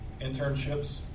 internships